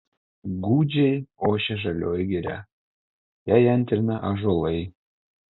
gūdžiai ošia žalioji giria jai antrina ąžuolai